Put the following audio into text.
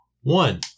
one